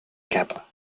kappa